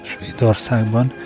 Svédországban